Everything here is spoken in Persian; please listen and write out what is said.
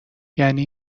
یعنی